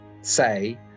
say